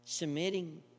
Submitting